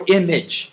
image